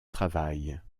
travail